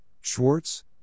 Schwartz